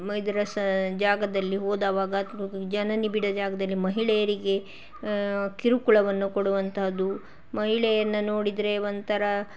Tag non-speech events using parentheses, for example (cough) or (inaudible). (unintelligible) ಜಾಗದಲ್ಲಿ ಹೋದವಾಗ ಜನನಿಬಿಡ ಜಾಗದಲ್ಲಿ ಮಹಿಳೆಯರಿಗೆ ಕಿರುಕುಳವನ್ನು ಕೊಡುವಂತಹದ್ದು ಮಹಿಳೆಯನ್ನು ನೋಡಿದರೆ ಒಂಥರ